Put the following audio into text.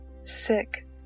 sick